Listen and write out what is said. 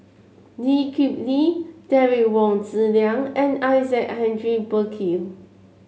Lee Kip Lee Derek Wong Zi Liang and Isaac Henry Burkill